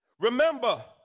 Remember